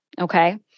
Okay